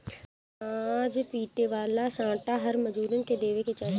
अनाज पीटे वाला सांटा हर मजूरन के देवे के चाही